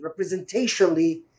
representationally